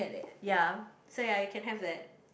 ya so ya you can have that